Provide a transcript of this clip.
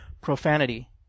profanity